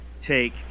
take